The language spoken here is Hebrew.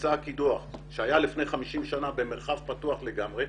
נמצא הקידוח שהיה לפני 50 שנים במרחב פתוח לגמרי,